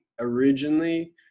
originally